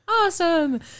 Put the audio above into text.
Awesome